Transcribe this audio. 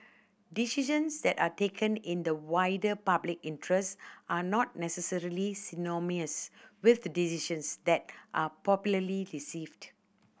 decisions that are taken in the wider public interest are not necessarily synonymous with the decisions that are popularly received